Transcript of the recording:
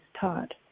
taught